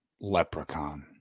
Leprechaun